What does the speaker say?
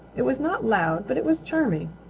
it was not loud, but it was charming.